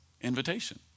invitation